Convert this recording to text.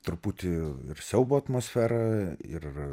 truputį siaubo atmosferą ir